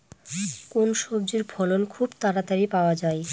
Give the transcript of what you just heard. কোন সবজির ফলন খুব তাড়াতাড়ি পাওয়া যায়?